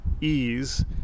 ease